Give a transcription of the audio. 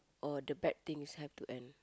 all the bad things have to end